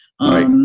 Right